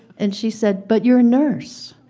and she said, but you're a nurse?